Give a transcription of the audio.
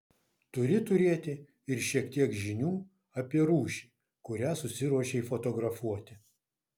turi turėti ir šiek tiek žinių apie rūšį kurią susiruošei fotografuoti